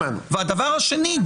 הדבר השני.